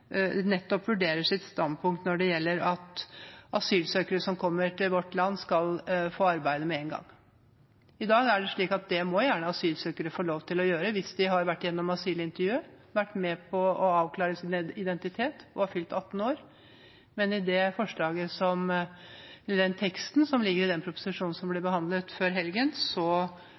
vurderer sitt standpunkt når det gjelder dette at asylsøkere som kommer til vårt land, skal få arbeid med en gang. I dag er det slik at det må gjerne asylsøkere få lov til hvis de har vært igjennom asylintervjuet, har vært med på å avklare sin identitet og har fylt 18 år, men i teksten i den proposisjonen som